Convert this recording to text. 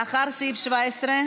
לאחר סעיף 17?